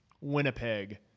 Winnipeg